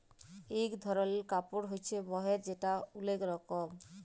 ইক ধরলের কাপড় হ্য়চে মহের যেটা ওলেক লরম